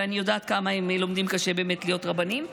אני יודעת כמה קשה הם לומדים כדי להיות רבנים,